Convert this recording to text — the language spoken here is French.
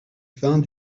vingt